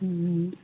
అ